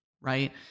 right